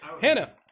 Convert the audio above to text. Hannah